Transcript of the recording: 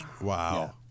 Wow